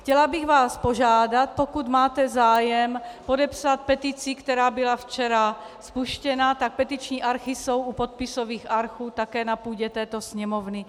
Chtěla bych vás požádat, pokud máte zájem podepsat petici, která byla včera spuštěna, tak petiční archy jsou u podpisových archů také na půdě této sněmovny.